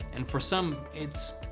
and for some it's